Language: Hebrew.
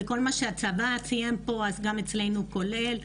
בכל מה שהצבא ציין פה אז גם אצלנו זה קורה,